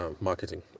marketing